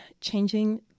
changing